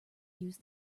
use